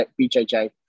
BJJ